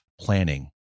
planning